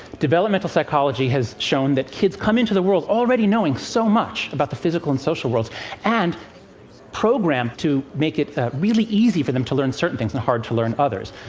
developmental psychology has shown that kids come into the world already knowing so much about the physical and social worlds and programmed to make it really easy for them to learn certain things and hard to learn others.